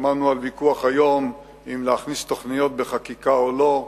שמענו היום את הוויכוח אם להכניס תוכניות בחקיקה או לא.